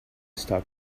stock